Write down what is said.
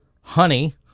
honey